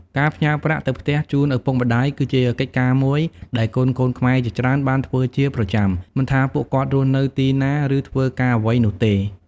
ការផ្ញើប្រាក់ទៅផ្ទះជូនឪពុកម្ដាយ គឺជាកិច្ចការមួយដែលកូនៗខ្មែរជាច្រើនបានធ្វើជាប្រចាំ មិនថាពួកគាត់រស់នៅទីណា ឬធ្វើការអ្វីនោះទេ។